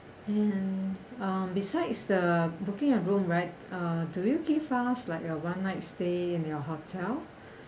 and um besides the booking a room right uh do you give us like a one night stay in your hotel